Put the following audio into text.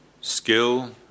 skill